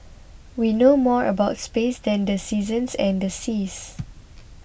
we know more about space than the seasons and the seas